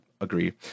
agree